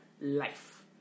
life